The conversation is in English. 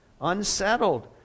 unsettled